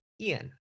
Ian